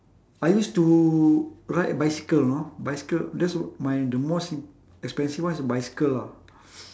I used to ride bicycle you know bicycle that's my the most expensive one is bicycle lah